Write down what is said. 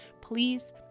Please